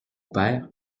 père